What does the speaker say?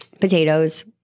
Potatoes